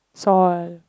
sawn